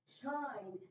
shine